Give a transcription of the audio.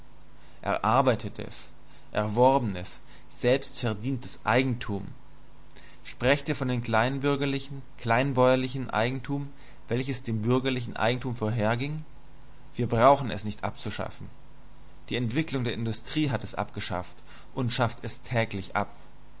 erarbeitetes erworbenes selbstverdientes eigentum sprecht ihr von dem kleinbürgerlichen kleinbäuerlichen eigentum welches dem bürgerlichen eigentum vorherging wir brauchen es nicht abzuschaffen die entwicklung der industrie hat es abgeschafft und schafft es täglich ab